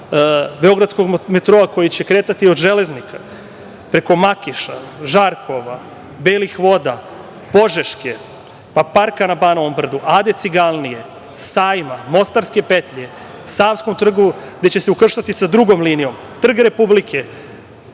„Beogradskog metroa“, koji će kretati od Železnika, preko Makiša, Žarkova, Belih Voda, Požeške, pa parka na Banovom Brdu, Ade Ciganlije, Sajma, Mostarske petlje, na Savskom trgu, gde će se ukrštati sa drugom linijom, Trg Republike,